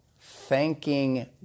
thanking